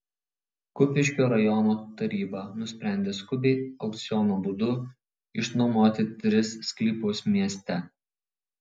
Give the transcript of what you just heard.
kupiškio rajono taryba nusprendė skubiai aukciono būdu išnuomoti tris sklypus mieste